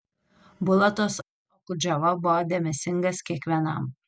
bulatas okudžava buvo dėmesingas kiekvienam